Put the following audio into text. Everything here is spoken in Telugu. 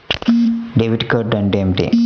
డెబిట్ కార్డ్ అంటే ఏమిటి?